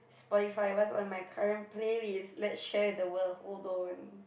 Spotify what's in my current playlist let's share with the world hold on